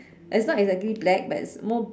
it's not exactly black but it's more